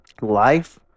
life